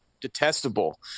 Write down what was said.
detestable